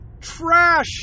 Trash